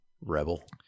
Rebel